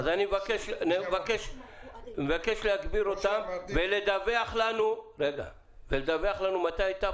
נבקש להגביר אותם ולדווח לנו מתי הייתה